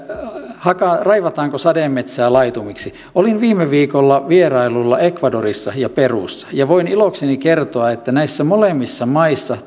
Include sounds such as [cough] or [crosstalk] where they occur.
että raivataanko sademetsää laitumiksi olin viime viikolla vierailulla ecuadorissa ja perussa ja voin ilokseni kertoa että näissä molemmissa maissa [unintelligible]